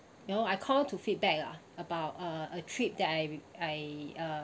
you know I called to feedback ah about uh a trip that I I uh